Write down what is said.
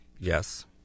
Yes